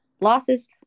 Losses